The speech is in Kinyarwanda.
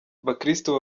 bakristu